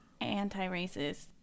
anti-racist